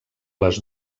les